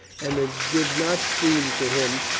and it did not seem to him,